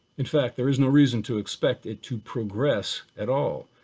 in fact, there is no reason to expect it to progress at all.